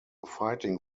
fighting